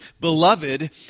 beloved